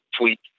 tweet